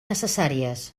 necessàries